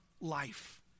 life